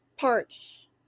parts